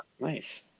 Nice